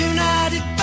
United